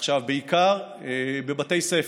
בעיקר בבתי ספר,